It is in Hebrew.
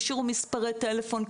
השאירו מספרי טלפון,